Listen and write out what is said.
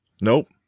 Nope